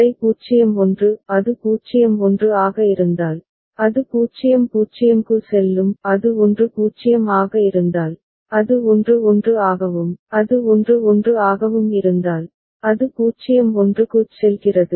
வரை 0 1 அது 0 1 ஆக இருந்தால் அது 0 0 க்கு செல்லும் அது 1 0 ஆக இருந்தால் அது 1 1 ஆகவும் அது 1 1 ஆகவும் இருந்தால் அது 0 1 க்குச் செல்கிறது